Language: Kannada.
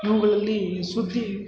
ಇವುಗಳಲ್ಲೀ ಸುದ್ದಿ